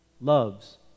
loves